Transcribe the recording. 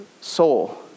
soul